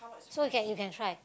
so you can you can try